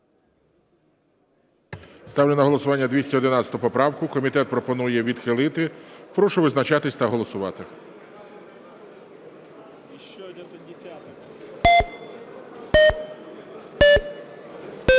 Ставлю на голосування 211 поправку, комітет пропонує відхилити. Прошу визначатися та голосувати.